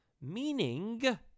meaning